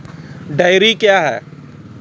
Dairy क्या हैं?